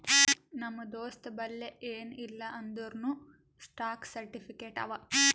ನಮ್ ದೋಸ್ತಬಲ್ಲಿ ಎನ್ ಇಲ್ಲ ಅಂದೂರ್ನೂ ಸ್ಟಾಕ್ ಸರ್ಟಿಫಿಕೇಟ್ ಅವಾ